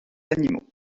animaux